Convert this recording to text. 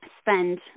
spend